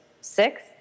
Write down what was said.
six